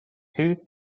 two